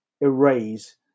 erase